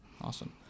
Awesome